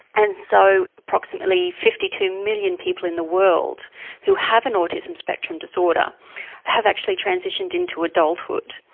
and so approximately fifty two million people in the world who have an autism spectrum disorder have actually transitioned into adulthood.